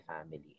family